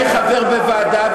אני חבר בוועדה,